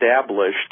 established